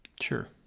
Sure